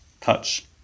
touch